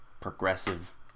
progressive